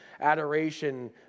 adoration